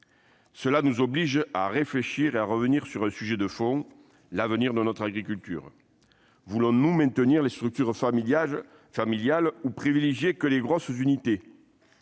Cela nous oblige à réfléchir et à revenir sur un sujet de fond : l'avenir de notre agriculture. Voulons-nous maintenir les structures familiales ou privilégier les grosses unités ?